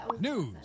news